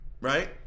Right